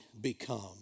become